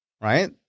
right